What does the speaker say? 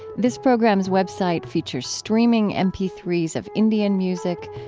this program's web site features streaming m p three s of indian music,